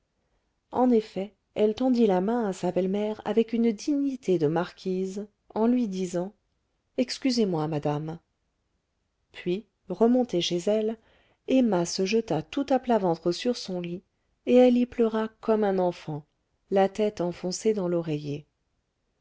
en effet elle tendit la main à sa belle-mère avec une dignité de marquise en lui disant excusez-moi madame puis remontée chez elle emma se jeta tout à plat ventre sur son lit et elle y pleura comme un enfant la tête enfoncée dans l'oreiller